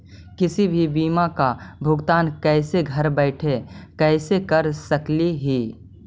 किसी भी बीमा का भुगतान कैसे घर बैठे कैसे कर स्कली ही?